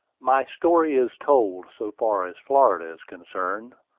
my story is told, so far as florida is concerned,